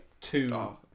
two